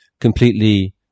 completely